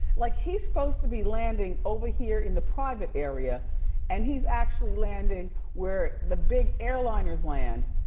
like he's supposed to be landing over here in the private area and he's actually landing where the big airliners land.